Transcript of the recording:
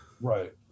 Right